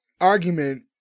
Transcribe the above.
argument